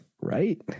Right